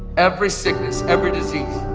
every sickness, every disease,